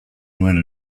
nuen